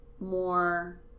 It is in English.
More